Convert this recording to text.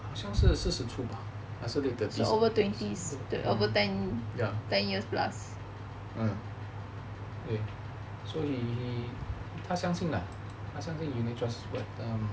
好像是四十出吧还是 late thirties mm 对 so 你他相信 lah 他相信 unit trust